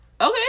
okay